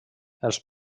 els